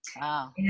Wow